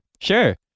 Sure